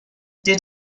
did